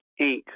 Inc